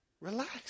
Relax